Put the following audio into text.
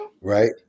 Right